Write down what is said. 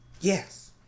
Yes